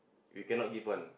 we cannot give one